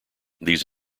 these